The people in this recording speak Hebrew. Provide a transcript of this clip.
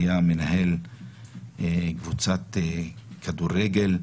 היה מנהל קבוצת כדורגל.